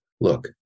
look